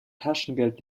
taschengeld